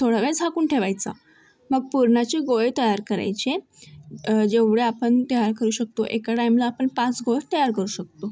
थोडा वेळ झाकून ठेवायचा मग पुरणाचे गोळे तयार करायचे जेवढे आपण तयार करू शकतो एका टाईमला आपण पाच गोळे तयार करू शकतो